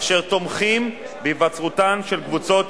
אשר תומכים בהיווצרותן של קבוצות ריכוז.